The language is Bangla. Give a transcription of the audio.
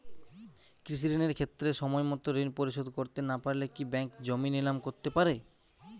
কৃষিঋণের ক্ষেত্রে সময়মত ঋণ পরিশোধ করতে না পারলে কি ব্যাঙ্ক জমি নিলাম করতে পারে?